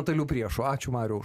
totalių priešų ačiū mariau